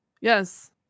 yes